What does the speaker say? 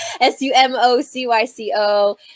S-U-M-O-C-Y-C-O